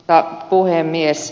arvoisa puhemies